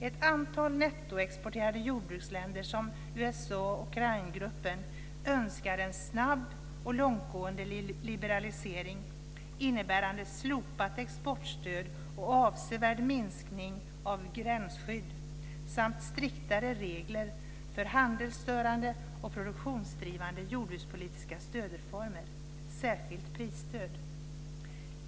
Ett antal nettoexporterande jordbruksländer som USA och Cairnsgruppen önskar en snabb och långtgående liberalisering innebärande slopat exportstöd och avsevärd minskning av gränsskydd samt striktare regler för handelsstörande och produktionsdrivande jordbrukspolitiska stödformer, särskilt prisstöd.